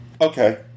Okay